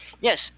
Yes